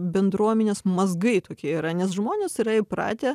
bendruomenės mazgai tokie yra nes žmonės yra įpratę